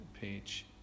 page